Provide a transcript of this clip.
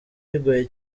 bigoye